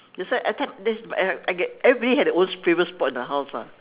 that's why I this I get everybody have their own favorite spot in the house ah